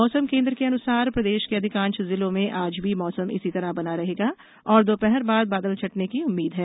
मौसम केन्द्र के अनुसार प्रदेश के अधिकांश जिलों में आज भी मौसम इसी तरह मौसम बना रहेगा और दोपहर बाद बादल छंटने की उम्मीद है